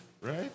Right